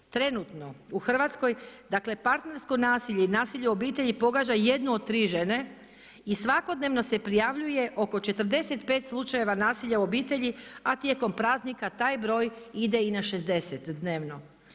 Trenutno u Hrvatskoj, dakle partnersko nasilje i nasilje u obitelji pogađa jednu od tri žene i svakodnevno se prijavljuje oko 45 slučajeva nasilja u obitelji, a tijekom praznika taj broj ide i na 60 dnevno.